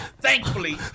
thankfully